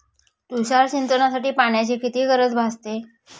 तुषार सिंचनासाठी पाण्याची किती गरज भासते?